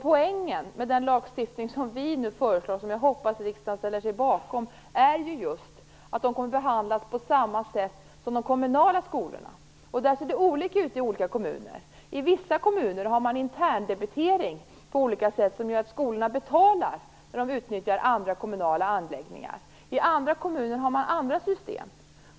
Poängen med den lagstiftning som vi nu föreslår och som jag hoppas att riksdagen ställer sig bakom är just att de fristående skolorna kommer att behandlas på samma sätt som de kommunala skolorna. Där ser det olika ut i olika kommuner. I vissa kommuner har man interndebitering som gör att skolorna betalar när de utnyttjar andra kommunala anläggningar. I andra kommuner har man andra system.